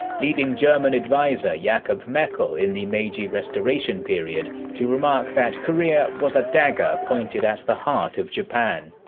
leading german advisor jakob meckel in the meiji restoration period to remark that korea was a dagger pointed at the heart of japan.